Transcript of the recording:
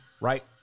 right